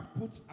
put